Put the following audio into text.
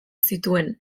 zituen